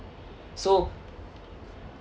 so